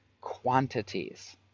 quantities